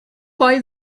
why